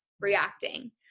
reacting